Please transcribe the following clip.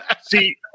See